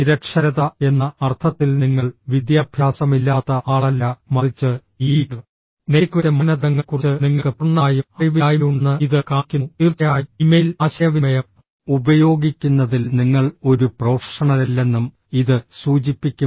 നിരക്ഷരത എന്ന അർത്ഥത്തിൽ നിങ്ങൾ വിദ്യാഭ്യാസമില്ലാത്ത ആളല്ല മറിച്ച് ഈ നെറ്റിക്വെറ്റ് മാനദണ്ഡങ്ങളെക്കുറിച്ച് നിങ്ങൾക്ക് പൂർണ്ണമായും അറിവില്ലായ്മയുണ്ടെന്ന് ഇത് കാണിക്കുന്നു തീർച്ചയായും ഇമെയിൽ ആശയവിനിമയം ഉപയോഗിക്കുന്നതിൽ നിങ്ങൾ ഒരു പ്രൊഫഷണലല്ലെന്നും ഇത് സൂചിപ്പിക്കും